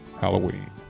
Halloween